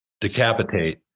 Decapitate